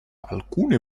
alcune